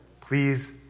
please